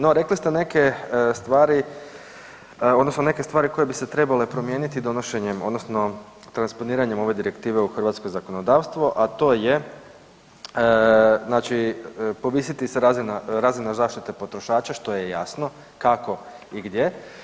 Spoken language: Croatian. No rekli ste neke stvari odnosno neke stvari koje bi se trebale promijeniti donošenjem odnosno transponiranjem ove direktive u hrvatsko zakonodavstvo, a to je znači povisiti razinu zaštite potrošača što je jasno, kako i gdje.